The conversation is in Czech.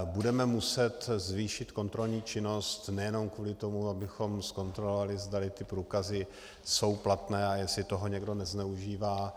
Budeme muset zvýšit kontrolní činnost nejenom kvůli tomu, abychom zkontrolovali, zda ty průkazy jsou platné a jestli toho někdo nezneužívá.